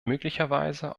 möglicherweise